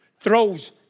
throws